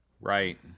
Right